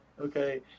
Okay